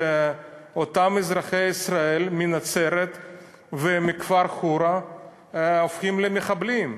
שאותם אזרחי ישראל מנצרת ומכפר חורה הופכים למחבלים?